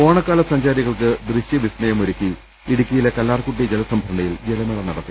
ഓണക്കാല സഞ്ചാരികൾക്ക് ദൃശ്യ വിസ്മയമൊരുക്കി ഇടുക്കിയിലെ കല്ലാർകുട്ടി ജലസംഭരണിയിൽ ജലമേള നടത്തി